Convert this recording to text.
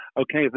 okay